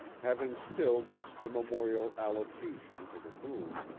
having stilled its immemorial allocution to the moon,